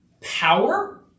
power